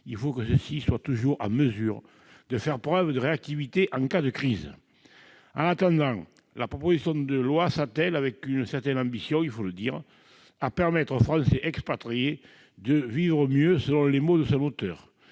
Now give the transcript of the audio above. il faut que ceux-ci soient toujours en mesure de faire preuve de réactivité en cas de crise. En attendant, la proposition de loi s'attelle- avec une certaine ambition, il faut le dire -à permettre aux Français expatriés de « vivre mieux », selon les mots de son auteur.